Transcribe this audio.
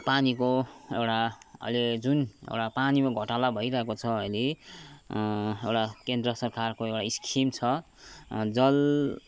पानीको एउटा अहिले जुन एउटा पानीमा घोटाला भइरहेको छ अहिले एउटा केन्द्र सरकार को एउटा स्किम छ जल